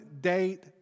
date